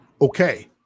okay